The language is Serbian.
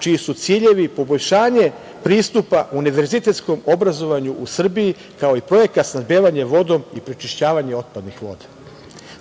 čiji su ciljevi poboljšanje pristupa univerzitetskom obrazovanju u Srbiji, kao i projekat snabdevanje vodom i prečišćavanje otpadnih voda.